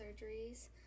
surgeries